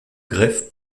greff